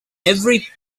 every